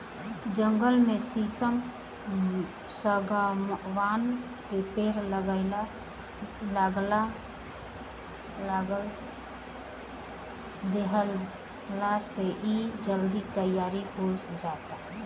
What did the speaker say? जंगल में शीशम, शागवान के पेड़ लगा देहला से इ जल्दी तईयार हो जाता